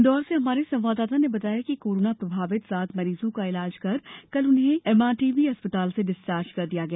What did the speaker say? इन्दौर से हमारे संवाददाता ने बताया है कि कोरोना प्रभावित सात मरीजों का ईलाज कर कल उन्हें एमआरटीवी अस्ताल से डिस्चार्ज कर दिया गया